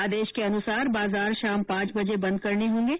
आदेश के अनुसार बाजार शाम पांच बजे बंद करने होंगे